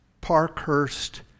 Parkhurst